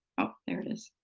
oh. there it is.